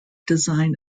design